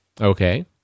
Okay